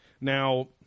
Now